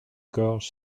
gorge